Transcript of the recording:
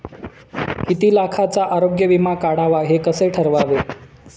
किती लाखाचा आरोग्य विमा काढावा हे कसे ठरवावे?